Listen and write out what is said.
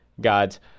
god's